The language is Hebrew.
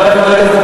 חברי חברי הכנסת,